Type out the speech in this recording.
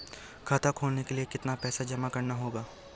खाता खोलने के लिये कितना पैसा जमा करना होगा?